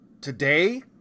today